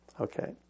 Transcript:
Okay